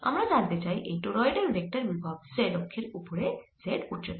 আমরা জানতে চাই এই টোরয়েডের ভেক্টর বিভব z অক্ষের ওপরে z উচ্চতায়